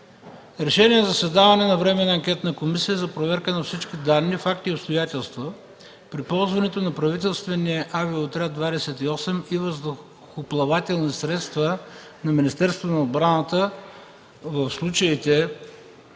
„РЕШЕНИЕ за създаване на Временна анкетна комисия за проверка на всички данни, факти и обстоятелства при ползването на правителствения „Авиотряд 28” и въздухоплавателни средства на Министерството на отбраната в случаите